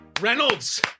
Reynolds